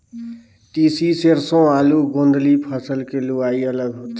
तिसी, सेरसों, आलू, गोदंली फसल के लुवई अलग होथे